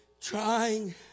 trying